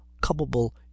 culpable